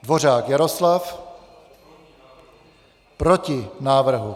Dvořák Jaroslav: Proti návrhu.